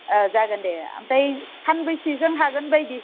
ओ जागोन दे ओमफ्राय सानबैसेजों हागोन बायदि